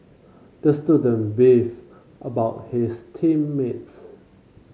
the student beefed about his team mates